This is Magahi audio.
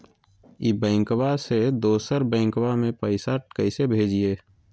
ई बैंकबा से दोसर बैंकबा में पैसा कैसे भेजिए?